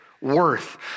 worth